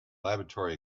laboratory